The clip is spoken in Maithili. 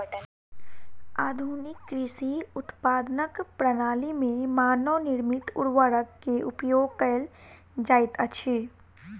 आधुनिक कृषि उत्पादनक प्रणाली में मानव निर्मित उर्वरक के उपयोग कयल जाइत अछि